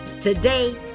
Today